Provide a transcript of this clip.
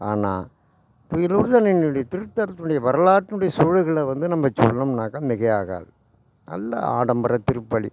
ஆனால் திருத்தலத்தினுடைய வரலாற்றினுடைய சூழல்கள வந்து நம்ம சொல்லணும்னாக்கா மிகை ஆகாது நல்ல ஆடம்பர திருப்பளி